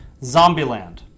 Zombieland